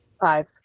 five